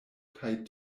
kaj